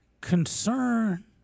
concern